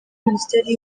minisiteri